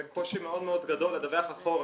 זה קושי מאוד מאוד גדול לדווח אחורה,